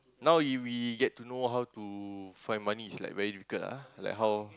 now if we get to know how to find money it's like very difficult ah like how